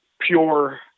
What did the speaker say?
pure